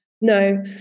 no